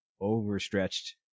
overstretched